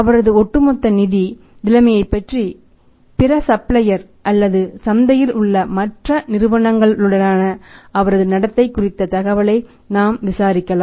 அவரது ஒட்டுமொத்த நிதி நிலைமைபற்றி பிற சப்ளையர் அல்லது சந்தையில் உள்ள மற்ற நிறுவனங்களுடனான அவரது நடத்தை குறித்த தகவலை நாம் விசாரிக்கலாம்